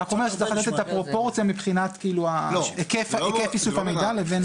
אני רק אומר שצריך לתת את הפרופורציה מבחינת היקף איסוף המידע לבין